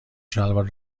شلوار